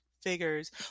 figures